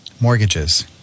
mortgages